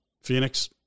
phoenix